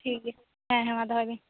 ᱴᱷᱤᱠ ᱜᱮᱭᱟ ᱦᱮᱸ ᱦᱮᱸ ᱢᱟ ᱫᱚᱦᱚᱭ ᱵᱤᱱ